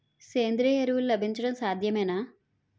సేంద్రీయ ఎరువులు లభించడం సాధ్యమేనా?